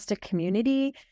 community